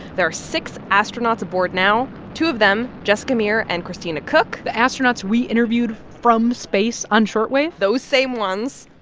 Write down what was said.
there are six astronauts aboard now. two of them, jessica meir and christina koch. the astronauts we interviewed from space on short wave? those same ones.